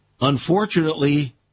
unfortunately